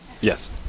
Yes